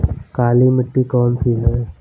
काली मिट्टी कौन सी है?